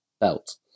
belt